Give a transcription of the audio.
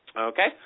Okay